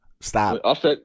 Stop